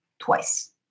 twice